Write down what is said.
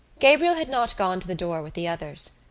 gabriel had not gone to the door with the others.